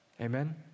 amen